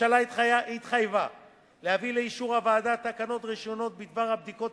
הממשלה התחייבה להביא לאישור הוועדה תקנות ראשונות בדבר הבדיקות